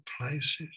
places